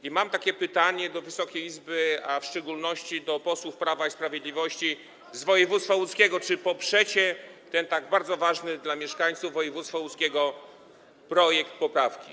I mam pytanie do Wysokiej Izby, a w szczególności do posłów Prawa i Sprawiedliwości z województwa łódzkiego: Czy poprzecie ten tak bardzo ważny dla mieszkańców województwa łódzkiego projekt poprawki?